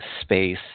space